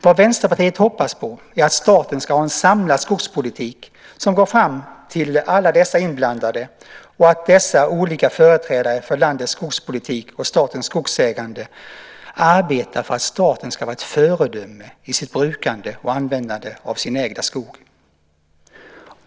Vad Vänsterpartiet hoppas på är att staten ska ha en samlad skogspolitik som når fram till alla dessa inblandade och att de olika företrädarna för landets skogspolitik och statens skogsägande arbetar för att staten ska vara ett föredöme i sitt brukande och användande av sin egen skog.